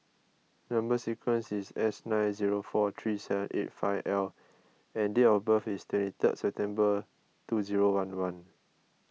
Number Sequence is S nine zero four three seven eight five L and date of birth is twenty third September two zero one one